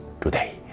today